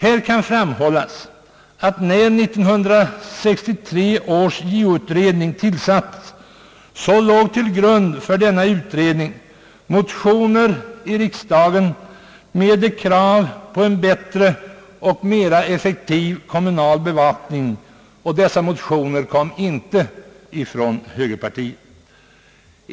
Här kan framhållas att när 1963 års JO-utredning tillsattes låg till grund för denna utredning motioner i riksdagen med krav på en bättre och mer effektiv kommunal bevakning; och dessa motioner kom inte från högerpartiet.